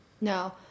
No